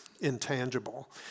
intangible